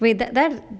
wait that that